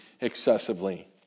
excessively